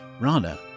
Rana